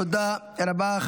תודה רבה.